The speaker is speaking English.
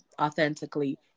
authentically